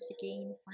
again